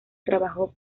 trabajó